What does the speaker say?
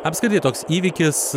apskritai toks įvykis